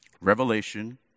Revelation